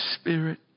Spirit